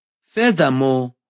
Furthermore